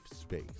space